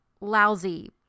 lousy